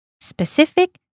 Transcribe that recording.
Specific